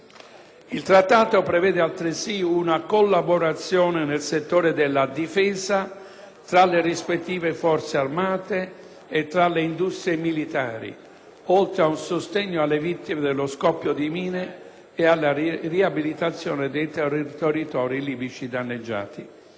Il Trattato prevede altresì una collaborazione nel settore della difesa tra le rispettive Forze armate e tra le industrie militari, oltre a un sostegno alle vittime dello scoppio di mine e alla riabilitazione dei territori libici danneggiati.